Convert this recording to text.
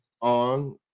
on